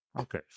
Okay